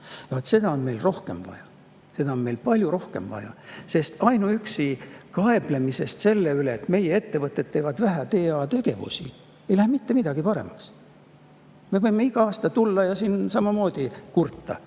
seda on meil palju rohkem vaja. Ainuüksi kaeblemisest selle üle, et meie ettevõtetel on vähe TA‑tegevusi, ei lähe mitte midagi paremaks. Me võime iga aasta tulla ja siin samamoodi kurta.